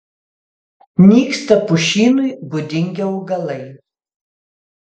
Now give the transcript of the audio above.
nyksta pušynui būdingi augalai